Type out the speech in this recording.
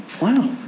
Wow